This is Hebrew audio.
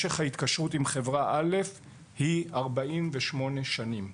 משך ההתקשרות עם חברה א' היא 48 שנים.